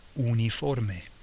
uniforme